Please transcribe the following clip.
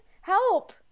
help